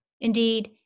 Indeed